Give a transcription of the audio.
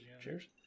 cheers